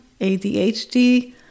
ADHD